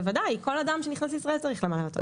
בוודאי, כל אדם שנכנס לישראל צריך למלא אותו.